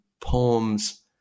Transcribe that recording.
poems